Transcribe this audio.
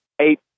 eight